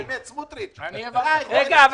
לכן, אדוני היושב-ראש, ואני פונה גם